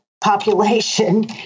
population